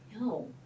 no